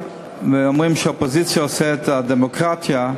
ואומרים שהאופוזיציה עושה את הדמוקרטיה.